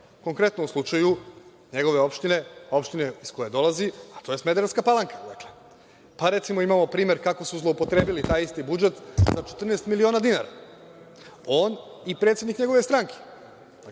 konkretno u slučaju njegove opštine, opštine iz koje dolazi, a to je Smederevska Palanka. Recimo, imamo primer kako su zloupotrebili taj isti budžet za 14 miliona dinara, on i predsednik njegove stranke.